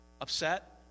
upset